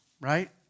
right